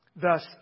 Thus